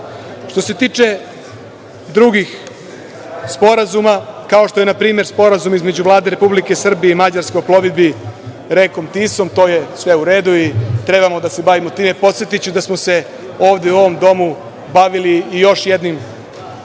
se tiče drugih sporazuma, kao što je na primer, Sporazum između Vlade Republike Srbije i Mađarske, o plovidbi rekom Tisom, to je sve u redu i trebamo da se bavimo time. Podsetiću da smo se ovde, u ovom Domu, bavili još jednim